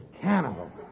cannibal